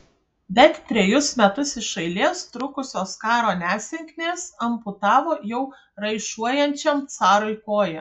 bet trejus metus iš eilės trukusios karo nesėkmės amputavo jau raišuojančiam carui koją